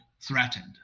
threatened